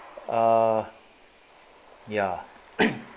ah ya